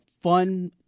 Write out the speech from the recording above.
fun